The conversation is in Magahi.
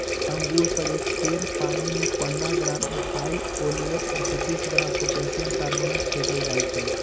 अंगुर पर एक सेर पानीमे पंडह ग्राम इथाइल ओलियट और पच्चीस ग्राम पोटेशियम कार्बोनेट फेटल जाई छै